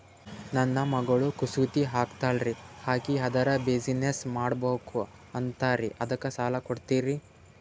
ನನ್ನ ಮಗಳು ಕಸೂತಿ ಹಾಕ್ತಾಲ್ರಿ, ಅಕಿ ಅದರ ಬಿಸಿನೆಸ್ ಮಾಡಬಕು ಅಂತರಿ ಅದಕ್ಕ ಸಾಲ ಕೊಡ್ತೀರ್ರಿ?